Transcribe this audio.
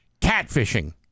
catfishing